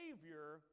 Savior